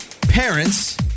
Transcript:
parents